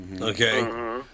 okay